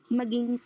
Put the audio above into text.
maging